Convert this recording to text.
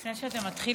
לפני שאתחיל,